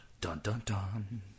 Dun-dun-dun